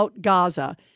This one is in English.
Gaza